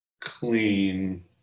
clean